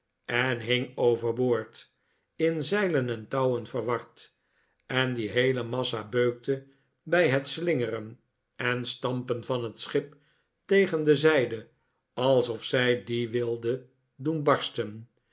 en hing overboord in zeilen en touwen verward en die heele massa beukte bij het slingeren en stampen van het schip tegen de zij de alsof zij die wilde doen barsten